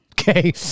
Okay